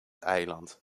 eiland